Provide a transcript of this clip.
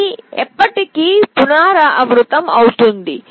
ఇది ఎప్పటికీ పునరావృతమవుతుంది